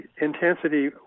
intensity